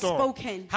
spoken